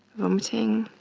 vomiting,